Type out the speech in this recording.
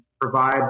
provide